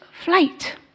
flight